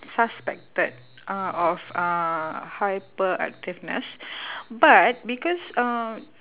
suspected uh of uh hyperactiveness but because um